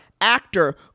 actor